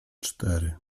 cztery